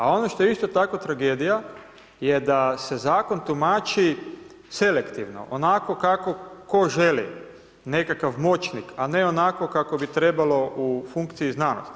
A ono što je isto tako tragedija je da se zakon tumači selektivno onako kako tko želi nekakav moćnik, a ne onako kako bi trebalo u funkciji znanosti.